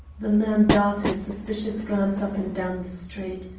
the man darted a suspicious glance up and down the street.